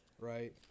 right